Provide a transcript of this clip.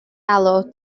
alw